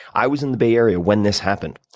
i was in the bay area when this happened.